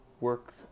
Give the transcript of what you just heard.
work